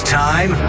time